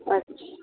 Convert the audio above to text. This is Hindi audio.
अच्छा